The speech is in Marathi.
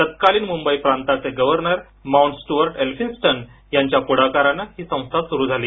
तत्कालीन मुंबई प्रांताचे गव्हर्नर माउंटस्टुअर्ट एल्फिन्स्टन यांच्या पुढाकारानं ही संस्था सुरु झाली